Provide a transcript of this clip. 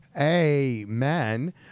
Amen